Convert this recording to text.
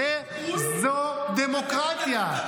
זו דמוקרטיה.